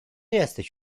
jesteś